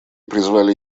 призвали